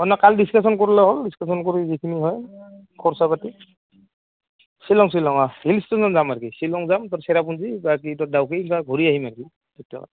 অঁ ন কালি ডিছকাশ্যন কৰিলে হ'ল ডিছকাশ্যন কৰি যিখিনি হয় খৰচা পাতি শ্বিলং শ্বিলং অঁ হিল ষ্টেচন যাম আৰু কি শ্বিলং যাম তাৰ চেৰাপুঞ্জী বা কি ত ডাউকী বা ঘূৰি আহিম কি তেতিয়া